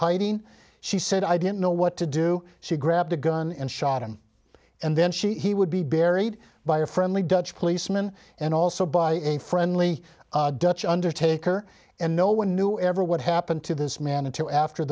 hiding she said i didn't know what to do she grabbed a gun and shot him and then she he would be buried by a friendly dutch policeman and also by a friendly dutch undertaker and no one knew ever what happened to this man until after